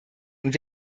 und